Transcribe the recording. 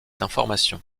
d’information